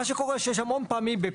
מה שקורה שיש המון פעמים,